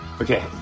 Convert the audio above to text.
Okay